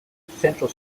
central